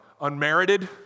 unmerited